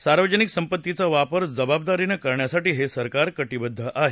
सार्वजनिक संपत्तीचा वापर जबाबदारीनं करण्यासाठी हे सरकार कटिबद्ध आहे